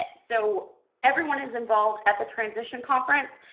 so everyone is involved at the transition conference,